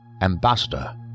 Ambassador